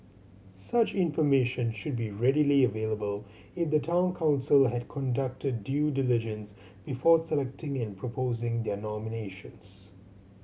such information should be readily available if the Town Council had conducted due diligence before selecting and proposing their nominations